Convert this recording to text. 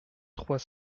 trois